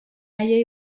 haiei